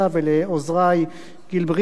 ולעוזרי גיל ברינגר,